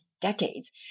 decades